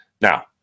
Now